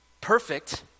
perfect